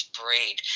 breed